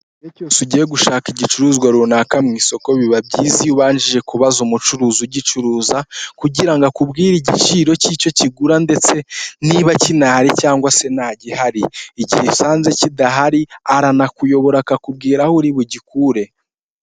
Igihe cyose ugiye gushaka igicuruzwa runaka mu isoko biba byiza iyo ubanjije kubaza umucuruzi ugicuruza, kugira akubwire igiciro cy'icyo kigura ndetse niba kidahari cyangwa se ntagihari. Igihe usanze kidahari aranakuyobora akakubwira aho uri bugikure.